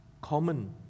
common